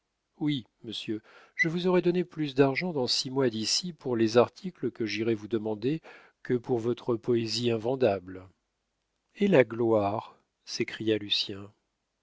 oui monsieur je vous aurai donné plus d'argent dans six mois d'ici pour les articles que j'irai vous demander que pour votre poésie invendable et la gloire s'écria lucien